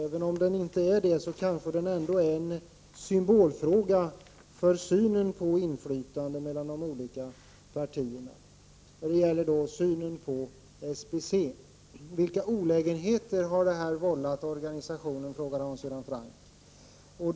Även om den inte är det, kanske den ändå är en symbolfråga för synen på inflytande i de olika partierna. Det gäller då synen på SBC. Vilka olägenheter har detta vållat den organisationen, frågade Hans Göran Franck.